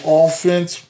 offense